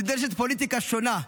נדרשת פוליטיקה שונה.